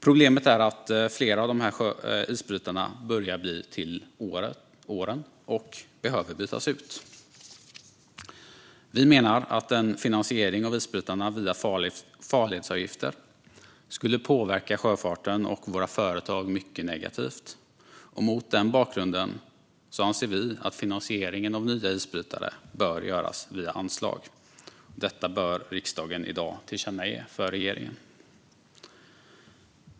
Problemet är att flera av de här isbrytarna börjar bli till åren och behöver bytas ut. Vi menar att en finansiering av isbrytarna via farledsavgifter skulle påverka sjöfarten och våra företag mycket negativt. Mot den bakgrunden anser vi att finansieringen av nya isbrytare bör göras via anslag. Detta bör riksdagen i dag tillkännage för regeringen.